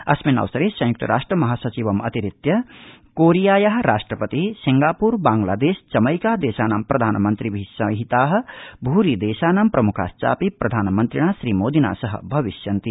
अस्मिन्नवसरे संयुक्त राष्ट्र महासचिवमतिरिच्य कोरियाया राष्ट्रपति सिंगाप्र बांग्लादेश जमैका देशानां प्रधानमन्त्रिभि सहिता भूरिदेशानां प्रमुखश्चापि प्रधानमन्त्रिणा श्रीमोदिना सह भविष्यन्ति